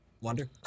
Wonder